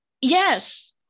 Yes